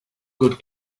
good